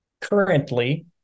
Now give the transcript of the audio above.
currently